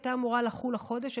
הייתה אמורה לחול החודש.